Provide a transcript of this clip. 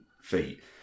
feet